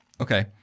Okay